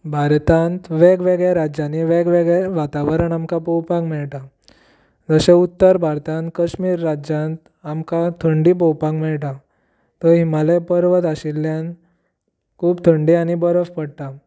भारतांत वेगवेगळ्या राज्यांनी वेगवेगळे वातावरण आमकां पळोवपाक मेळटा जशें उत्तर भारतांत काश्मीर राज्यांत आमकां थंडी पळोवपाक मेळटा थंय हिमालय पर्वत आशिल्ल्यान खूब थंडी आनी बर्फ पडटा